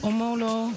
Omolo